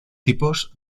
tipos